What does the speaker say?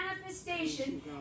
manifestation